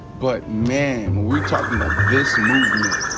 but man, we're talkin' about this movement,